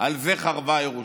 על זה חרבה ירושלים.